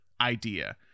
idea